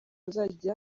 azajya